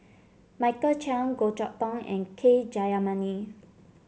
Michael Chiang Goh Chok Tong and K Jayamani